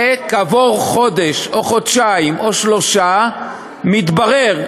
וכעבור חודש או חודשיים או שלושה מתברר,